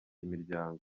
imiryango